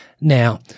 Now